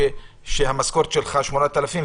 כשהמשכורת שלך היא 8,000,